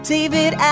David